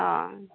অঁ